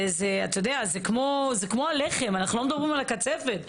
אתה יודע, זה כמו הלחם, אנחנו לא מדברים על הקצפת.